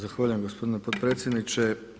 Zahvaljujem gospodine potpredsjedniče.